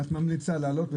--- מה את ממליצה לעשות?